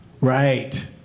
Right